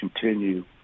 continue